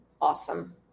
awesome